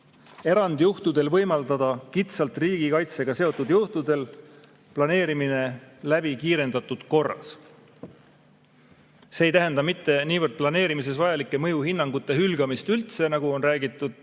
erandjuhtudel võimaldada kitsalt riigikaitsega seotud juhtudel viia planeerimine läbi kiirendatud korras. See ei tähenda mitte niivõrd planeerimises vajalike mõjuhinnangute hülgamist üldse, nagu on räägitud,